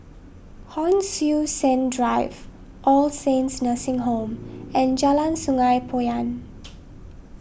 Hon Sui Sen Drive All Saints Nursing Home and Jalan Sungei Poyan